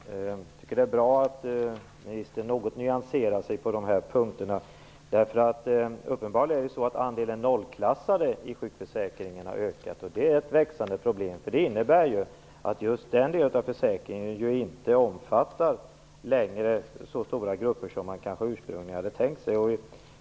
Fru talman! Jag tycker att det är bra att ministern nyanserar sig något på dessa punkter. Det är uppenbarligen så att andelen nollklassade i sjukförsäkringen har ökat. Det är ett växande problem. Det innebär ju att just den delen av försäkringen inte längre omfattar så stora grupper som man ursprungligen hade tänkt sig.